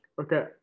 okay